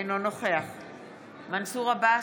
אינו נוכח מנסור עבאס,